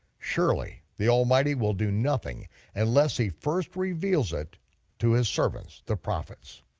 surely the almighty will do nothing unless he first reveals it to his servants, the prophets.